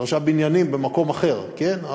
שלושה בניינים במקום אחר, כן?